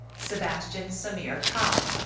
sebastian samir kahf.